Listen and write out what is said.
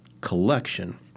collection